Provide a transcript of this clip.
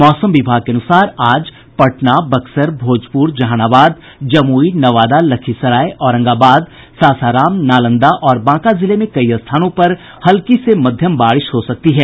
मौसम विभाग के अनुसार आज पटना बक्सर भोजपुर जहानाबाद जमुई नवादा लखीसराय औरंगाबाद सासाराम नालंदा और बांका जिले में कई स्थानों पर हल्की से मध्यम बारिश हो सकती है